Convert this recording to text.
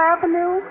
Avenue